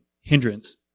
hindrance